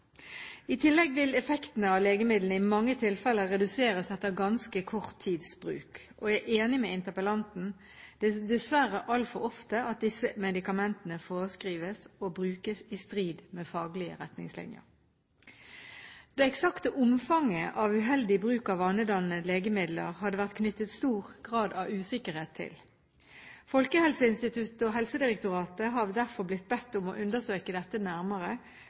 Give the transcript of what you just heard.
I tillegg vil effektene av legemidlene i mange tilfeller reduseres etter ganske kort tids bruk. Og jeg er enig med interpellanten: Det er dessverre altfor ofte at disse medikamentene forskrives og brukes i strid med faglige retningslinjer. Det eksakte omfanget av uheldig bruk av vanedannende legemidler har det vært knyttet stor grad av usikkerhet til. Folkehelseinstituttet og Helsedirektoratet har derfor blitt bedt om å undersøke dette nærmere,